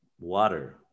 water